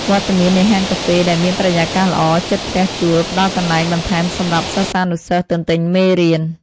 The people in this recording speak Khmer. វត្តមាននៃហាងកាហ្វេដែលមានបរិយាកាសល្អជិតផ្ទះជួលផ្តល់កន្លែងបន្ថែមសម្រាប់សិស្សានុសិស្សទន្ទិញមេរៀន។